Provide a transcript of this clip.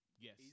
Yes